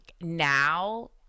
now